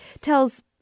tells